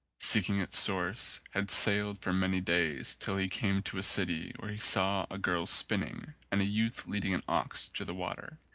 seeking its source, had sailed for many days till he came to a city where he saw a girl spinning and a youth leading an ox to the water.